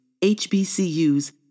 HBCUs